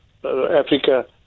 Africa